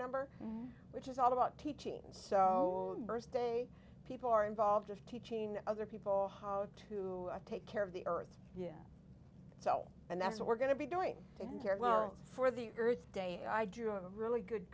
number which is all about teachings so birthday people are involved just teaching other people how to take care of the earth yet so and that's what we're going to be doing in parallel for the earth day i drew a really good